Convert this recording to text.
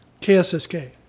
KSSK